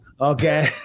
Okay